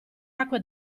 acque